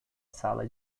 sala